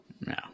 No